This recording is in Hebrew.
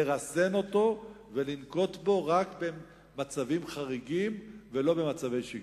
לרסן אותו ולנקוט אותו רק במצבים חריגים ולא במצבי שגרה.